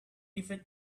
even